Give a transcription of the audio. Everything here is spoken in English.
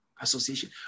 association